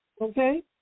Okay